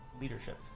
leadership